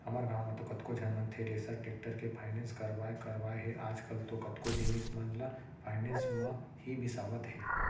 हमर गॉंव म तो कतको झन मन थेरेसर, टेक्टर के फायनेंस करवाय करवाय हे आजकल तो कतको जिनिस मन ल फायनेंस म ही बिसावत हें